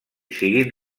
siguin